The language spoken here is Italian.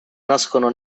nascono